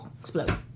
explode